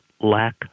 lack